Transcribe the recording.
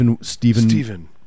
Stephen